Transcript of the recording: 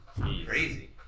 Crazy